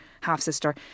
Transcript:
half-sister